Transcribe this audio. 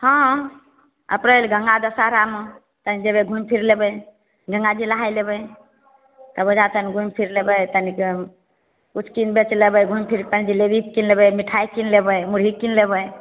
हाँ अप्रैल गंगा दशहारामे तनि जेबय घुमि फिर लेबय गंगाजी नहाय लेबय तब ओइजाँ तनि घुमि फिर लेबय तनिके किछु कीन बेच लेबय घुमि फिरि कनि जिलेबी कीन लेबय मिठाइ कीन लेबय मुरही कीन लेबय